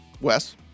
Wes